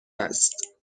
است